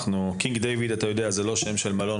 קינג דיויד הוא לא שם של מלון,